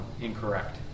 incorrect